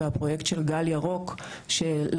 אז הפרויקט של ׳גל הירוק׳,